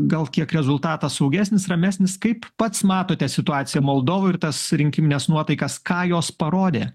gal kiek rezultatas saugesnis ramesnis kaip pats matote situaciją moldovoj ir tas rinkimines nuotaikas ką jos parodė